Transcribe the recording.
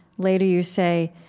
later you say,